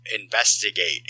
Investigate